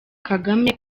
kagame